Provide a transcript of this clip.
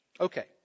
Okay